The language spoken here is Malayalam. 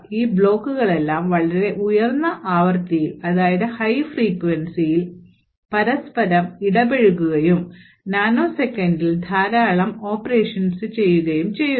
ഈ ബ്ലോക്കുകളെല്ലാം വളരെ ഉയർന്ന ആവൃത്തിയിൽ പരസ്പരം ഇടപഴകുകയും നാനോ സെക്കൻഡിൽ ധാരാളം ഓപ്പറേഷൻസ് ചെയ്യുന്നു